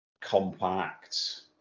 compact